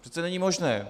To přece není možné!